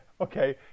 Okay